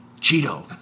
Cheeto